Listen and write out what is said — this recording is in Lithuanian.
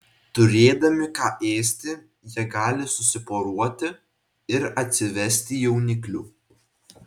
turėdami ką ėsti jie gali susiporuoti ir atsivesti jauniklių